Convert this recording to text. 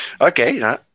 Okay